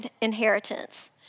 inheritance